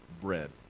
bread